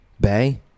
Bay